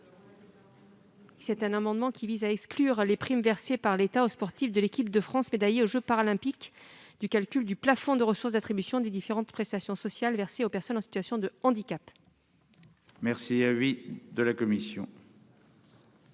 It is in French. Cet amendement vise à exclure les primes versées par l'État aux sportifs de l'équipe de France médaillés aux jeux Paralympiques du calcul du plafond de ressources d'attribution des différentes prestations sociales versées aux personnes en situation de handicap. Quel est l'avis de la commission